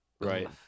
right